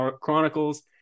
Chronicles